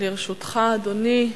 לרשותך, אדוני,